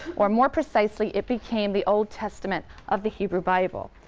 or more precisely it became the old testament of the hebrew bible.